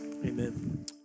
Amen